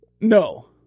No